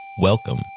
Welcome